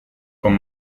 con